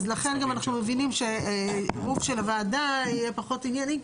אז לכן גם אנחנו מבינים שעירוב של הוועדה יהיה פחות ענייני.